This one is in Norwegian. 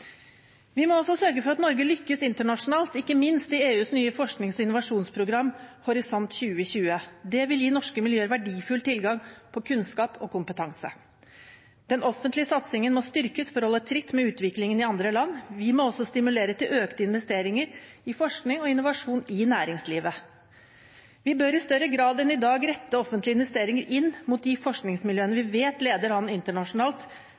Vi må sørge for at Norge lykkes internasjonalt, ikke minst i EUs nye forsknings- og innovasjonsprogram, Horisont 2020. Det vil gi norske miljøer verdifull tilgang på kunnskap og kompetanse. Den offentlige satsingen må styrkes for å holde tritt med utviklingen i andre land. Vi må også stimulere til økte investeringer i forskning og innovasjon i næringslivet. Vi bør i større grad enn i dag rette offentlige investeringer inn mot de forskningsmiljøene vi vet leder an internasjonalt,